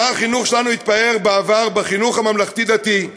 שר החינוך שלנו התפאר בעבר בחינוך הממלכתי-דתי,